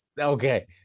okay